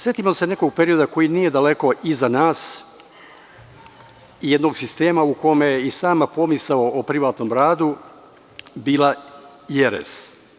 Setimo se nekog perioda koji nije daleko iza nas i jednog sistema u kome je i sama pomisao o privatnom radu bila jeres.